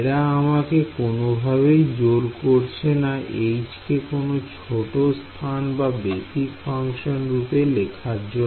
এরা আমাকে কোনভাবেই জোর করছে না H কে কোন ছোট স্থান বা বেসিক ফাংশন রূপে লেখার জন্য